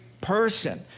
person